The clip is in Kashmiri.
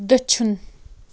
دٔچھُن